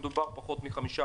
מדובר על פחות מ-5%,